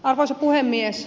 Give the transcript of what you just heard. arvoisa puhemies